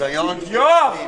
הישיבה ננעלה